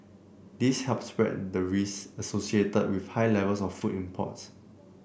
this helps spread the risk associated with high levels of food imports